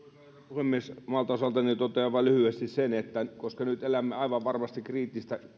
puhemies omalta osaltani totean vain lyhyesti sen että koska nyt elämme aivan varmasti kriittistä